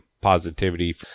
positivity